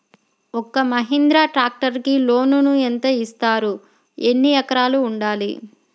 ఒక్క మహీంద్రా ట్రాక్టర్కి లోనును యెంత ఇస్తారు? ఎన్ని ఎకరాలు ఉండాలి?